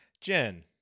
Jen